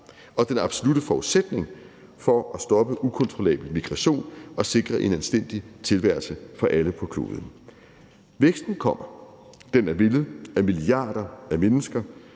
og den absolutte forudsætning for at stoppe ukontrollabel migration og sikre en anstændig tilværelse for alle på kloden. Væksten kommer – den er villet af milliarder af mennesker,